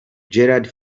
gerald